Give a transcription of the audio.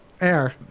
Air